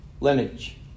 lineage